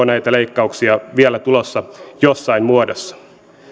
näitä leikkauksia vielä tulossa jossain muodossa